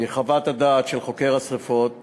מחוות הדעת של חוקר השרפות